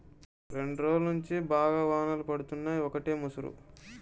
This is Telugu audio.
రెండ్రోజుల్నుంచి బాగా వానలు పడుతున్నయ్, ఒకటే ముసురు